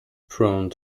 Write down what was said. prone